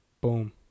boom